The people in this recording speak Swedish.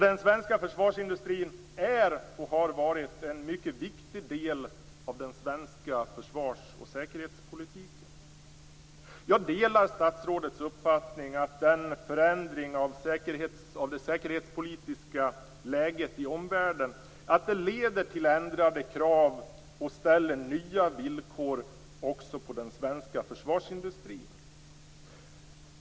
Den svenska försvarsindustrin är och har varit en mycket viktig del av den svenska försvars och säkerhetspolitiken. Jag delar statsrådets uppfattning att förändringen av det säkerhetspolitiska läget i omvärlden leder till ändrade krav och ställer nya villkor också på den svenska försvarsindustrin.